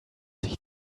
sich